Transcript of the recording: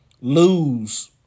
lose